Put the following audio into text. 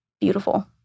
beautiful